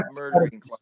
murdering